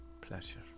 Pleasure